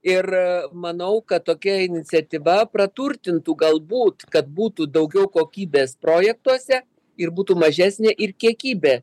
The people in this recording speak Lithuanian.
ir manau kad tokia iniciatyva praturtintų galbūt kad būtų daugiau kokybės projektuose ir būtų mažesnė ir kiekybė